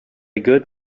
good